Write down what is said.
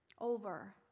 over